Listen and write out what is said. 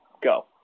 Go